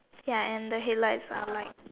ya and the headlights are like